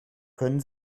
können